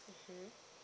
mmhmm